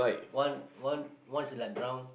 one one one is light brown